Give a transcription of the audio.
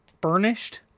burnished